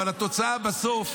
אבל התוצאה בסוף,